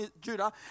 Judah